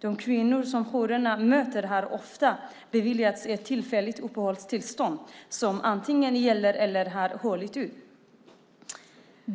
De kvinnor som jourerna möter har ofta beviljats ett tillfälligt uppehållstillstånd som antingen gäller eller har gått ut.